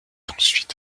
ensuite